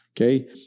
Okay